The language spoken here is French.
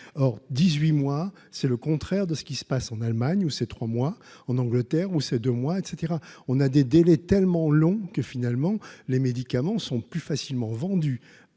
or 18 mois c'est le contraire de ce qui se passe en Allemagne, où ces trois mois en Angleterre où c'est de moi et caetera, on a des délais tellement long que finalement les médicaments sont plus facilement vendu